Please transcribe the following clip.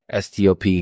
STOP